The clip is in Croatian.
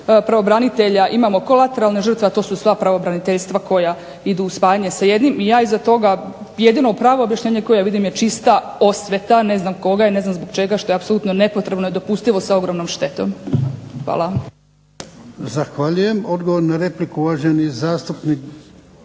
pravobranitelja imamo kolateralne žrtve a to su sva pravobraniteljstava koja idu u spajanje sa jednim. I ja iza toga jedino pravo objašnjenje koje vidim je čista osveta, ne znam koga i ne znam zbog čega što je apsolutno nepotrebno i nedopustivo sa ogromnom štetom. Hvala.